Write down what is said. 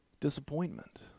disappointment